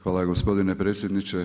Hvala gospodine predsjedniče.